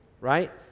right